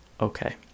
Okay